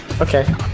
Okay